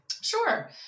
Sure